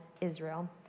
Israel